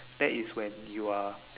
that is when you are